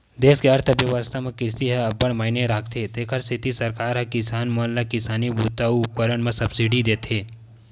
देस के अर्थबेवस्था म कृषि ह अब्बड़ मायने राखथे तेखर सेती सरकार ह किसान मन ल किसानी बूता अउ उपकरन म सब्सिडी देथे